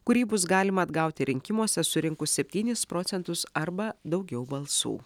kurį bus galima atgauti rinkimuose surinkus septynis procentus arba daugiau balsų